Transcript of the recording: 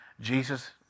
Jesus